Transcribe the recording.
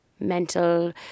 mental